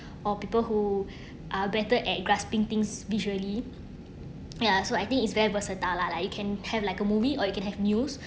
or people who are better at grasping things visually ya so I think it's very versatile lah like you can have like a movie or you can have news